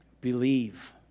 Believe